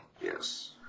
Yes